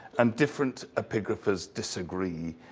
and different epigraphers disagree.